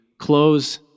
Close